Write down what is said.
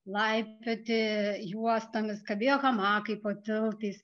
laipioti juostomis kabėjo hamakai po tiltais